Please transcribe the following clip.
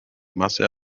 masse